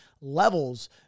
levels